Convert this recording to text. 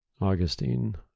Augustine